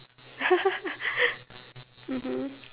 mmhmm